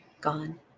gone